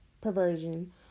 perversion